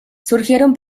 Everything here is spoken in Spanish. surgieron